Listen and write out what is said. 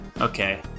okay